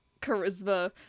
charisma